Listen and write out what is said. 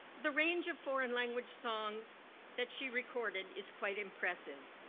the range of foreign language songs that she recorded is quite impressive,